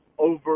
over